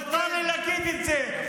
מותר לי להגיד את זה.